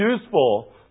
useful